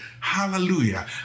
Hallelujah